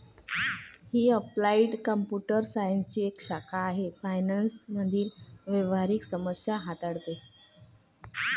ही applied computer सायन्सची एक शाखा आहे फायनान्स मधील व्यावहारिक समस्या हाताळते